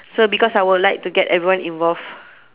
so because I would like to get everyone involved